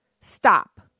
stop